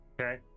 okay